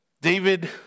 David